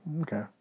Okay